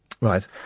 Right